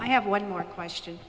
i have one more question